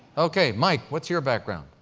okay, mike, what's your background?